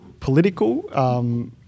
political